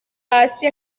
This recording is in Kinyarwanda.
hasi